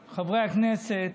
הכנסת,